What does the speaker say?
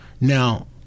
Now